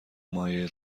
مایع